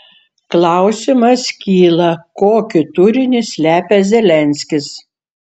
klausimas kyla kokį turinį slepia zelenskis